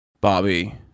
Bobby